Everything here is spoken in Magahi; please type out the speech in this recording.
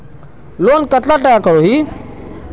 लोन कतला टाका करोही?